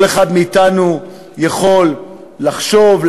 כל אחד מאתנו יכול לחשוב,